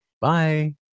Bye